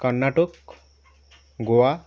Karnataka Goa